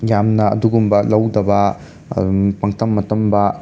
ꯌꯥꯝꯅ ꯑꯗꯨꯒꯨꯝꯕ ꯂꯧꯗꯕ ꯑꯗꯨꯝ ꯄꯪꯇꯝ ꯃꯇꯝꯕ